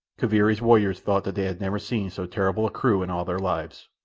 kaviri's warriors thought that they had never seen so terrible a crew in all their lives.